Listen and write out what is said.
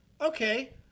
okay